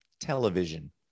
television